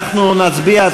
נצביע.